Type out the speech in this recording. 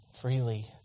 freely